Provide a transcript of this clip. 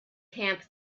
camp